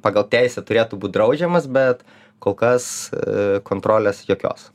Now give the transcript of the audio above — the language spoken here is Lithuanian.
pagal teisę turėtų būt draudžiamas bet kol kas kontrolės jokios